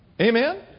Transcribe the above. Amen